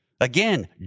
again